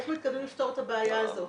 איך מתכוונים לפתור את הבעיה הזאת,